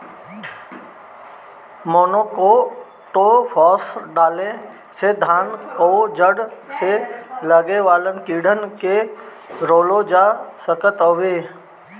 monocrotophos डाले से धान कअ जड़ में लागे वाला कीड़ान के रोकल जा सकत हवे